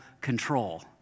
control